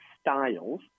Styles